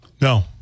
No